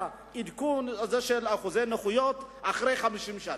העדכון של אחוזי הנכות אחרי 50 שנה.